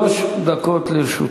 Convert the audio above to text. שלוש דקות לרשותך.